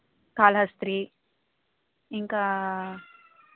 కాళహస్తి ఇంకా